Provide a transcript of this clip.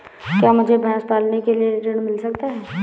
क्या मुझे भैंस पालने के लिए ऋण मिल सकता है?